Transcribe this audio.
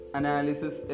analysis